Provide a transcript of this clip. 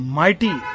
mighty